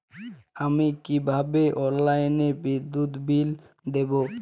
আমি কিভাবে অনলাইনে বিদ্যুৎ বিল দেবো?